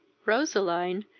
roseline,